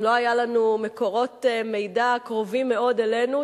אם לא היו לנו מקורות מידע קרובים מאוד אלינו,